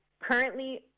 Currently